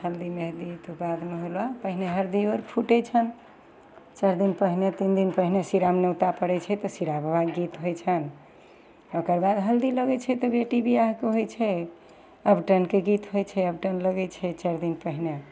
हल्दी मेहन्दी तऽ बादमे होला पहिने हरदी आर फुटय छन्हि चारि दिन पहिने तीन दिन पहिने शिरा नोतअऽ पड़य छै तऽ शिरावला गीत होइ छन्हि ओकरबाद हल्दी लगय छै तऽ बेटी बियाहके होइ छै उबटनके गीत होइ छै उबटन लगय छै चारि दिन पहिने